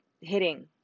hitting